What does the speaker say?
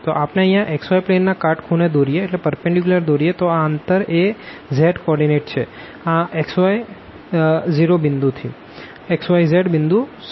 તો આપણે અહિયાં xy પ્લેનના કાટખૂણે દોરીએ તો આ અંતર એ z કો ઓર્ડીનેટ છે આ xy 0 પોઈન્ટ થી xyz પોઈન્ટ સુધી